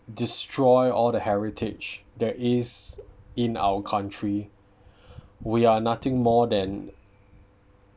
destroy all the heritage there is in our country we are nothing more than